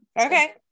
Okay